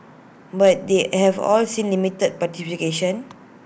but they have all seen limited participation